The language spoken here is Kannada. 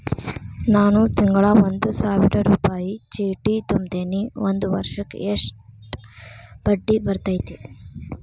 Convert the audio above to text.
ನಾನು ತಿಂಗಳಾ ಒಂದು ಸಾವಿರ ರೂಪಾಯಿ ಚೇಟಿ ತುಂಬತೇನಿ ಒಂದ್ ವರ್ಷಕ್ ಎಷ್ಟ ಬಡ್ಡಿ ಬರತೈತಿ?